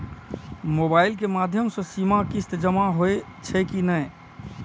Mobile के माध्यम से सीमा किस्त जमा होई छै कि नहिं?